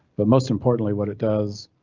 but most importantly, what it does.